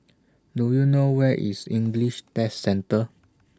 Do YOU know Where IS English Test Centre